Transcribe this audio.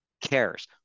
cares